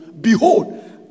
behold